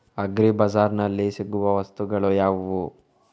Agri ಬಜಾರ್ನಲ್ಲಿ ಸಿಗುವ ವಸ್ತುಗಳು ಯಾವುವು?